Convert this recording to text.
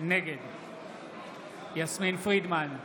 נגד יסמין פרידמן,